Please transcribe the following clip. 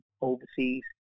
overseas